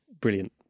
brilliant